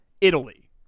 Italy